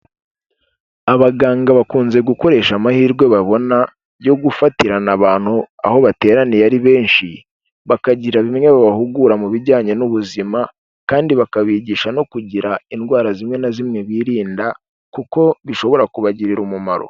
Abaganga bakunze gukoresha amahirwe babona yo gufatirana abantu aho bateraniye ari benshi, bakagira bimwe bihugura mu bijyanye n'ubuzima kandi bakabigisha no kugira indwara zimwe na zimwe birinda kuko bishobora kubagirira umumaro.